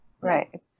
Right